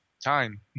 time